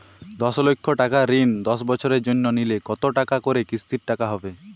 দশ লক্ষ টাকার ঋণ দশ বছরের জন্য নিলে কতো টাকা করে কিস্তির টাকা হবে?